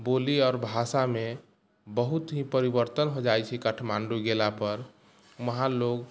बोली आओर भाषामे बहुत ही परिवर्तन हो जाइत छै काठमांडू गेला पर वहाँ लोग